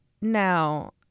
now